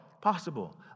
possible